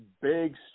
Big